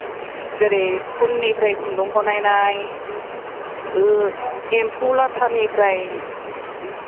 जेरै खुननिफ्राय खुन्दुं बनायनाय एम्फौ लाथानिफ्राय